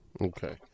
Okay